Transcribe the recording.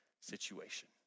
situation